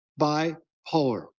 bipolar